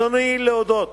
ברצוני להודות